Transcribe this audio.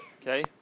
okay